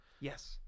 Yes